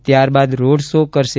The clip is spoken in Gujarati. ત્યારબાદ રોડ શો કરશે